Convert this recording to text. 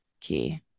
key